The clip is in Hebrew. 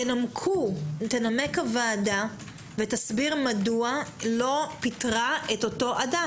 תנמק הוועדה ותסביר מדוע לא פיטרה את אותו אדם.